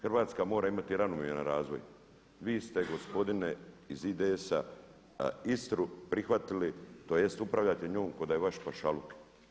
Hrvatska mora imati ravnomjeran razvoj, vi ste gospodine iz IDS-a Istru prihvatili tj. upravljate njom ko da je vaš pašaluk.